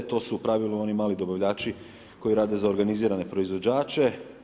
To su u pravilu oni mali dobavljači koji rade za organizirane proizvođače.